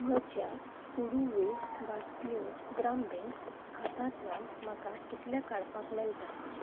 म्हज्या पुडुवे भारतीय ग्राम बँक खातांतल्यान म्हाका कितल्या काडपाक मेळटा